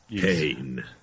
Pain